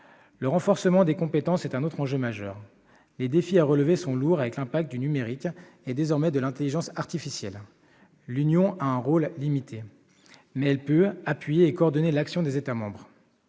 Le renforcement des compétences est un autre enjeu majeur. Les défis à relever sont lourds compte tenu de l'impact du numérique et, désormais, de l'intelligence artificielle. À ce titre, l'Union a un rôle limité, mais elle peut appuyer et coordonner l'action des États membres.